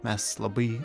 mes labai